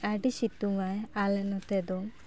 ᱟᱹᱰᱤ ᱥᱤᱛᱩᱝᱼᱟᱭ ᱟᱞᱮ ᱱᱚᱛᱮ ᱫᱚ